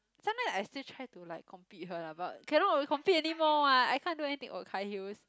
sometime I still try to like compete with her lah but cannot uh compete anymore what I can't do anything oh high heels